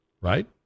right